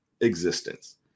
existence